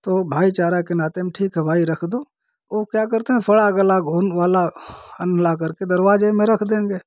तो भाईचारा के नाते हम ठीक है भाई रख दो ओ क्या करते हैं सड़ा गला घुन वाला अन्न लाकर के दरवाजे में रख देंगे